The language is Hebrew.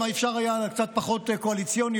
אם אפשר היה קצת פחות קואליציוני,